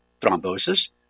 thrombosis